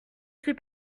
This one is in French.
suis